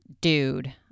dude